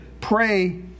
pray